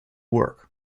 works